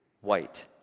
white